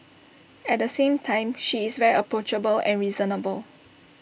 at the same time she is very approachable and reasonable